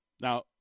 Now